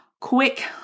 quick